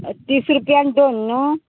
तीस रुपयांत दोन न्हू